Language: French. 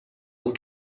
ont